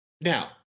now